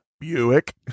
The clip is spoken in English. Buick